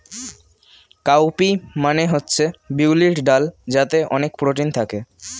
cow P মানে হচ্ছে বিউলির ডাল যাতে অনেক প্রোটিন থাকে